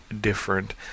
different